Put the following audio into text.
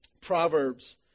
Proverbs